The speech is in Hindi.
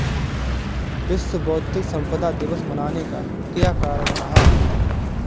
विश्व बौद्धिक संपदा दिवस मनाने का क्या कारण रहा होगा?